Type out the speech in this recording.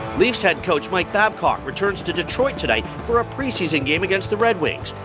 leafs head coach mike babcock returns to detroit tonight for a preseason game against the red wings.